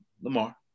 Lamar